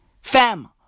Fam